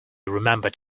remembered